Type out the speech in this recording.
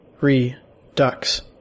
Redux